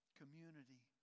community